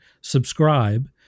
subscribe